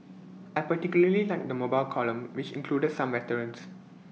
I particularly liked the mobile column which included some veterans